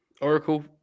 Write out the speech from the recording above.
Oracle